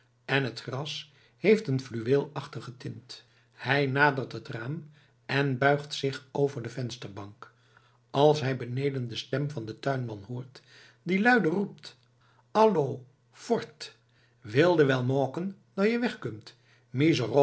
en t gras heeft een fluweelachtige tint hij nadert het raam en buigt zich over de vensterbank als hij beneden de stem van den tuinman hoort die luide roept allo vort wil de wel moaken dâ je